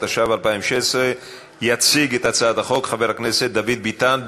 התשע"ו 2016. יציג את הצעת החוק חבר הכנסת דוד ביטן.